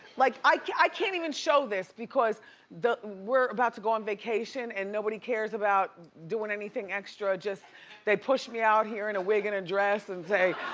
like, i can't even show this because we're about to go on vacation and nobody cares about doing anything extra, just they pushed me out here in a wig and a dress and say,